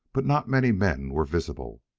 but not many men were visible.